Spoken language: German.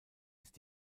ist